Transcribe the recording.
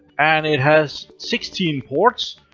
and it has sixteen ports.